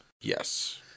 Yes